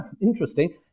interesting